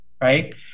right